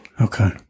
Okay